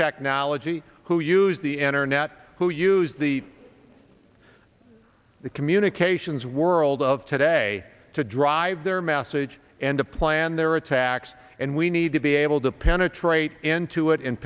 technology who use the internet who use the the communications world of today to drive their message and to plan their attacks and we need to be able to penetrate into it and